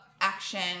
action